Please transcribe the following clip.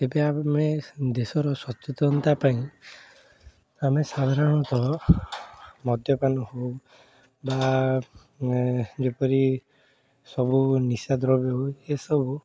ଏବେ ଆମେ ଦେଶର ସଚେତନତା ପାଇଁ ଆମେ ସାଧାରଣତଃ ମଦ୍ୟପାନ ହେଉ ବା ଯେପରି ସବୁ ନିଶା ଦ୍ରବ୍ୟ ହେଉ ଏସବୁ